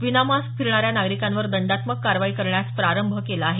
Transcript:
विनामास्क फिरणाऱ्या नागरिकांवर दंडात्मक कारवाई करण्यास प्रारंभ केला आहे